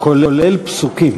כולל פסוקים,